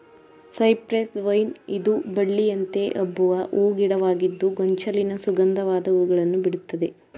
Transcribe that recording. cypress vine ಇದು ಬಳ್ಳಿಯಂತೆ ಹಬ್ಬುವ ಹೂ ಗಿಡವಾಗಿದ್ದು ಗೊಂಚಲಿನ ಸುಗಂಧವಾದ ಹೂಗಳನ್ನು ಬಿಡುತ್ತದೆ